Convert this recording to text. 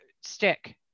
stick